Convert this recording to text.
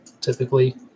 typically